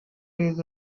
days